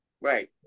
right